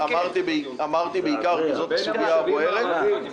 אמרתי בעיקר, כי זאת הסוגיה הבוערת.